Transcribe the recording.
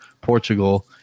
Portugal